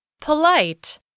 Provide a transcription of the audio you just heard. Polite